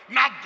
Now